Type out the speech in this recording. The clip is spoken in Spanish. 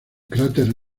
cráter